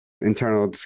Internal